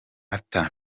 arthur